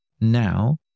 now